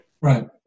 Right